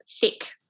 thick